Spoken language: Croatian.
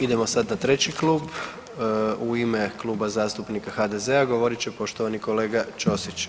Idemo sad na treći klub, u ime Kluba zastupnika HDZ-a govorit će poštovani kolega Ćosić.